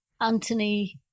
anthony